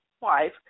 wife